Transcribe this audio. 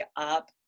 up